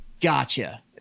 gotcha